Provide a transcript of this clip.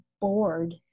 bored